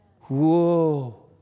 Whoa